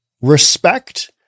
respect